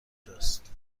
جاست